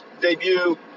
debut